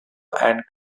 and